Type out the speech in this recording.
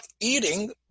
eating